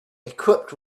equipped